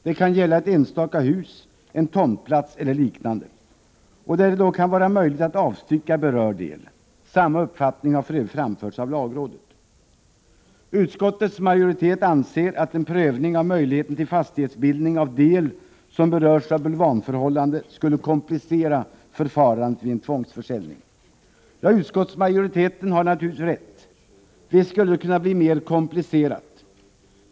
Det kan gälla ett enstaka hus, en tomtplats eller liknande, där det kan vara möjligt att avstycka berörd del. Samma uppfattning har för övrigt framförts av lagrådet. Utskottets majoritet anser att en prövning av möjligheten till fastighetsbildning av del som berörs av bulvanförhållande skulle komplicera förfarandet vid en tvångsförsäljning. Ja, utskottsmajoriteten har naturligtvis rätt. Visst skulle det kunna bli mer komplicerat.